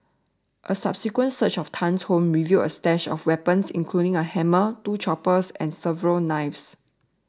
a subsequent search of Tan's home revealed a stash of weapons including a hammer two choppers and several knives